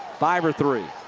five or three.